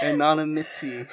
Anonymity